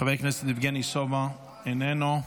חבר הכנסת יבגני סובה, איננו,